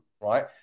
right